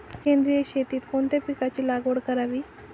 सेंद्रिय शेतीत कोणत्या पिकाची लागवड करावी?